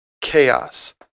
chaos